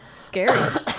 scary